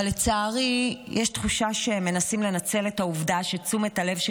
אבל לצערי יש תחושה שמנסים לנצל את העובדה שתשומת הלב של